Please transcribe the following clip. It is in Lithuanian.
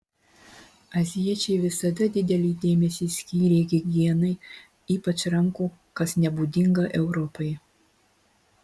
azijiečiai visada didelį dėmesį skyrė higienai ypač rankų kas nebūdinga europai